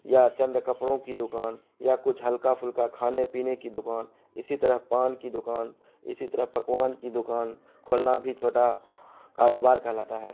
یا چند کپڑوں کی دکان یا کچھ ہلکا فلکا کھانے پینے کی دکان اسی طرح پان کی دکان اسی طرح پکوان کی دکان کھولنا بھی چھوٹا کاروبار کہلاتا ہے